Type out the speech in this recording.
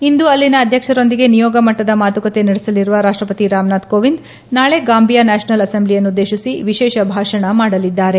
ಇಂದು ಅಲ್ಲಿನ ಅಧ್ಯಕ್ಷರೊಂದಿಗೆ ನಿಯೋಗ ಮಟ್ಟದ ಮಾತುಕತೆ ನಡೆಸಲಿರುವ ರಾಷ್ಲಪತಿ ರಾಮ್ನಾಥ್ ಕೋವಿಂದ್ ನಾಳೆ ಗಾಂಬಿಯಾ ನ್ನಾಷನಲ್ ಅಸೆಂಬ್ಲಿಯನ್ನುದ್ಲೇತಿಸಿ ವಿಶೇಷ ಭಾಷಣ ಮಾಡಲಿದ್ದಾರೆ